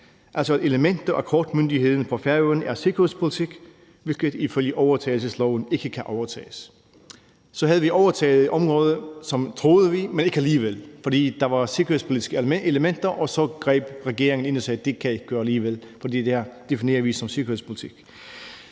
risici. Elementer af kortmyndigheden på Færøerne er altså sikkerhedspolitik, hvilket ifølge overtagelsesloven ikke kan overtages. Så havde vi overtaget et område, troede vi, men ikke alligevel, fordi der var sikkerhedspolitiske elementer, og så greb regeringen ind alligevel og sagde: Det kan I ikke gøre alligevel, for det der definerer vi som sikkerhedspolitik.